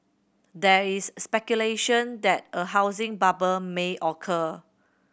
there is speculation that a housing bubble may occur